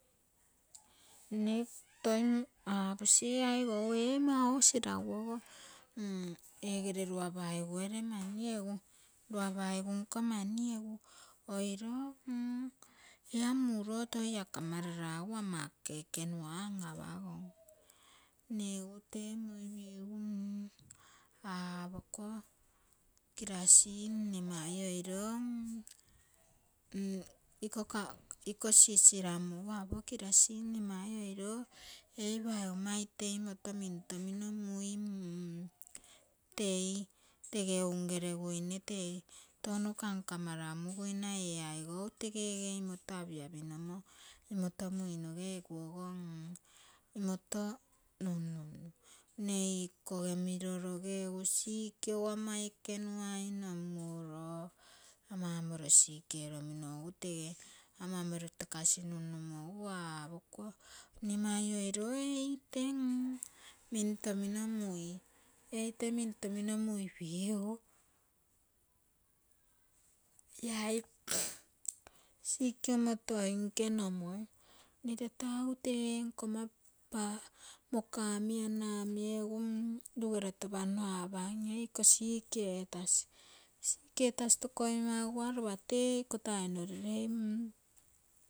Mne toi aaposi ee aigou ee mau siraguogo ege lua paisu ere mani egu lua paisu nko mani egu oiro ia muro toi ia kamarara egu ama ekekemua an-apogom, mne egu temuipigu aapokuo kirasi mne mai oiro eii paigomma ite into mimtomino tei tege unge reguine tei touno kamkamaramu guina ee aigou tege into apiapinomo mne ikoge miroroge egu sick ogo ama ekenuai nomuro mau moriro sick eromino egu tege ama moriro tokasi nunnuguo apokuo mne mai oiro ei ite mimto mino mui, ei ite minto mino muipigu iai sick imotoinke nomui, mne tatu egu ten komma moka omi, ana omie egu rugeroto panno apamo eiko sick etasii, sick etasi tokoimaigua lopate iko taino rogere.